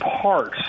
parts